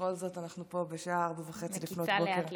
בכל זאת אנחנו פה בשעה 04:30. מקיצה לאט-לאט.